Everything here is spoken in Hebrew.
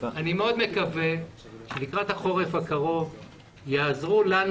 אני מאוד מקווה שלקראת החורף הקרוב יעזרו לנו